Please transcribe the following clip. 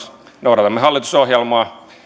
noudatamme hallitusohjelmaa